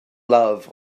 love